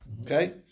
Okay